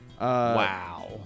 Wow